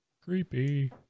Creepy